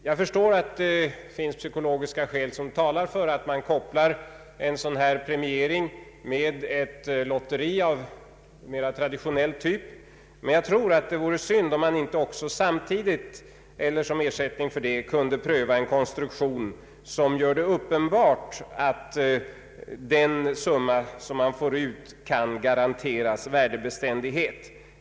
Jag förstår att det finns psykologiska skäl som talar för att man sammankopplar en sådan här premiering med ett lotteri av mera traditionell typ, men det vore synd om man inte också samtidigt eller som ersättning för detta kunde pröva en konstruktion som garanterar värdebeständighet åt den summa vederbörande får ut.